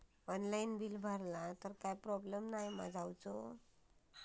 Online bill भरला तर काय प्रोब्लेम नाय मा जाईनत?